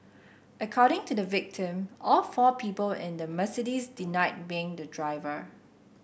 according to victim all four people in the Mercedes denied being the driver